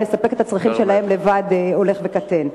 לספק את הצרכים שלהם לבד הולכת וקטנה.